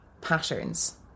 patterns